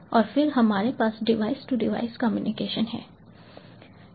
और फिर हमारे पास डिवाइस टू डिवाइस कम्युनिकेशन है